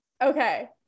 Okay